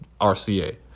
RCA